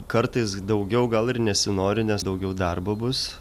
kartais daugiau gal ir nesinori nes daugiau darbo bus